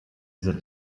sind